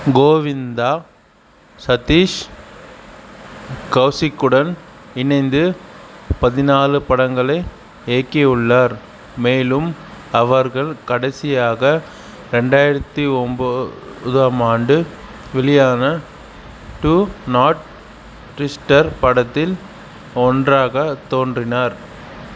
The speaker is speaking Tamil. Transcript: கோவிந்தா சதீஷ் கௌசிக்குடன் இணைந்து பதினாலு படங்களை இயக்கி உள்ளார் மேலும் அவர்கள் கடைசியாக ரெண்டாயிரத்தி ஒம்போதம் ஆண்டு வெளியான டூ நாட் ட்விஸ்ட்டர் படத்தில் ஒன்றாகத் தோன்றினர்